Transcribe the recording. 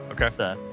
Okay